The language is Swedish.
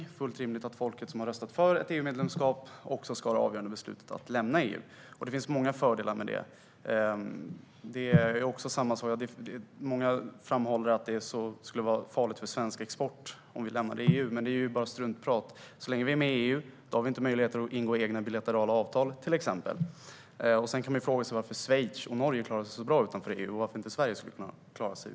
Det är fullt rimligt att folket, som har röstat för ett EU-medlemskap, också ska fatta det avgörande beslutet att lämna EU. Det finns många fördelar med det. Många framhåller att det skulle vara farligt för svensk export om vi lämnade EU, men det är bara struntprat. Så länge vi är med i EU har vi till exempel inte möjlighet att ingå egna bilaterala avtal. Sedan kan man fråga sig varför Schweiz och Norge klarar sig så bra utanför EU och varför Sverige inte skulle kunna göra det.